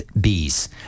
bees